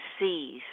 sees